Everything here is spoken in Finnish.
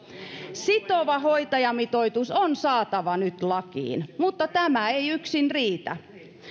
sitova hoitajamitoitus on saatava nyt lakiin mutta tämä ei yksin riitä